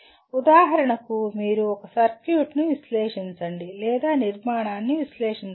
ఉదాహరణకు మీరు ఒక సర్క్యూట్ను విశ్లేషించండి లేదా నిర్మాణాన్ని విశ్లేషించవచ్చు